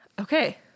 okay